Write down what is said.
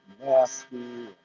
nasty